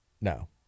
No